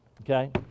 Okay